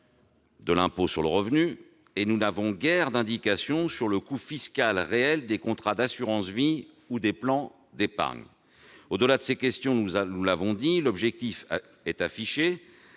de l'impôt sur le revenu ; nous n'avons guère d'indications sur le coût fiscal réel des contrats d'assurance-vie ou des plans d'épargne. Au-delà de ces questions, nous l'avons dit, l'objectif est affiché